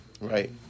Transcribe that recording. Right